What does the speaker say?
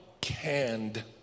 canned